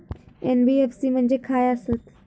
NBFC म्हणजे खाय आसत?